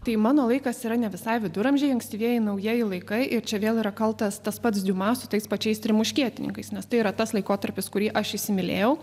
tai mano laikas yra ne visai viduramžiai ankstyvieji naujieji laikai ir čia vėl yra kaltas tas pats diuma su tais pačiais trim muškietininkais nes tai yra tas laikotarpis kurį aš įsimylėjau